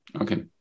Okay